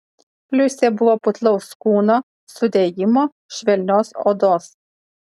liusė buvo putlaus kūno sudėjimo švelnios odos